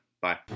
Bye